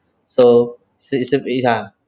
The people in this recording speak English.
so that is a v~ ya